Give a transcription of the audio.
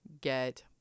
get